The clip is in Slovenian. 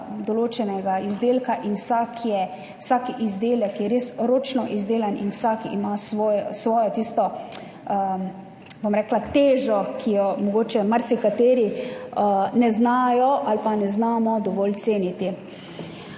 določenega izdelka, in vsak izdelek je res ročno izdelan in vsak ima tisto svojo težo, ki je mogoče marsikateri ne znajo ali pa ne znamo dovolj ceniti.